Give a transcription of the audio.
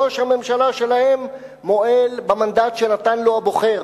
ראש הממשלה שלהם מועל במנדט שנתן לו הבוחר,